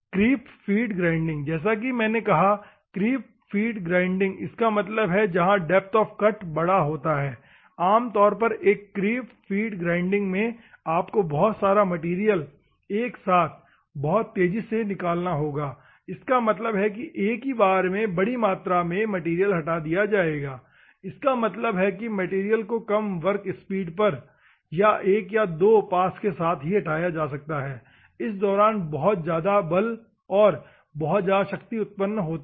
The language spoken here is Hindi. क्रीप फीड ग्राइंडिंग जैसा कि मैंने कहा क्रीप फीड ग्राइंडिंग इसका मतलब है कि यहाँ डेप्थ ऑफ़ कट बड़ा होता है आम तौर पर एक क्रीप फीड ग्राइंडिंग में आपको बाहत सारा मैटेरियल एक साथ बहुत तेजी से निकालना होगा इसका मतलब है कि एक ही बार में बड़ी मात्रा में मैटेरियल हटा दिया जायेगा इसका मतलब है कि मैटेरियल को कम वर्क स्पीड पर एक या दो पास के साथ ही हटा दिया जाता है इस दौरान बहुत उच्च बल और उच्च क्षेत्र शक्ति उत्पन्न होती है